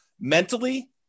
mentally